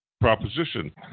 proposition